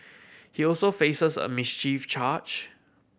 he also faces a mischief charge